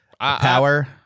Power